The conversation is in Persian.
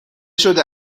شده